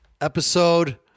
episode